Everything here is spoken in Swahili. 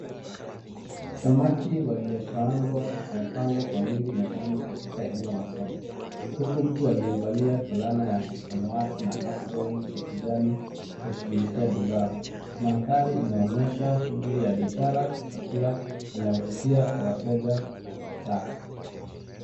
Samaki waliokaangwa wamepangwa kwa wingi mezani katika eneo la soko huku mtu aliyevalia fulana ya samawati na cs[apron]cs ya kijani akishugulikia bidhaa. Mandhari inaonyesha shuguli ya biashara ya chakula inavutia kwa wateja wa mtaa.